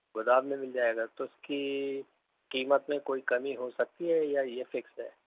گودام بھی مل جائے گا تو اس کی قیمت میں کوئی کمی ہو سکتی ہے یا یہ فکس ہے